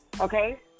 okay